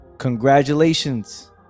Congratulations